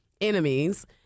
enemies